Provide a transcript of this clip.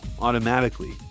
automatically